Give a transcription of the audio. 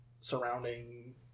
surrounding